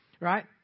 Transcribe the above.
right